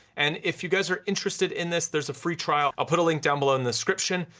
and if you guys are interested in this, there's a free trial, i'll put a link down below in the description.